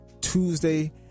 Tuesday